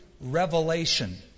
revelation